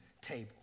table